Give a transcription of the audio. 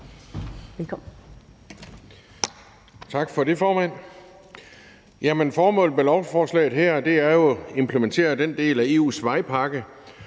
Tak for det, formand. Formålet med lovforslaget her er jo at implementere den del af EU's vejpakke,